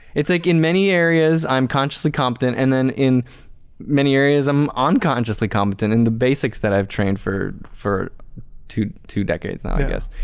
it's like in many areas i'm consciously competent and then in many areas i'm unconsciously competent and the basics that i've trained for for two two decades now i guess.